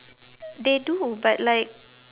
they do but like